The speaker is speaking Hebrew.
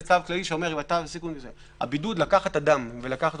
זה צו כללי --- לקחת אדם שחוזר